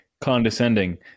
condescending